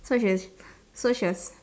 so she so she was